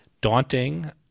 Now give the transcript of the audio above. daunting